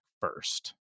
first